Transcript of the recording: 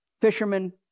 Fishermen